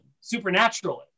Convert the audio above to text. supernaturally